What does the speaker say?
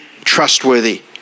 trustworthy